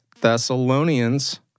Thessalonians